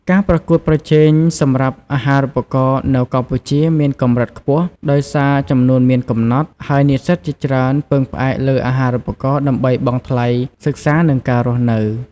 ការប្រកួតប្រជែងសម្រាប់អាហារូបករណ៍នៅកម្ពុជាមានកម្រិតខ្ពស់ ដោយសារចំនួនមានកំណត់ ហើយនិស្សិតជាច្រើនពឹងផ្អែកលើអាហារូបករណ៍ដើម្បីបង់ថ្លៃសិក្សានិងការរស់នៅ។